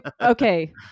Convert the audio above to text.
Okay